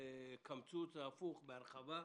לא בקמצוץ אלא בהרחבה.